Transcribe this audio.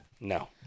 No